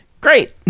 great